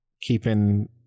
keeping